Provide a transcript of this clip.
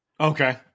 Okay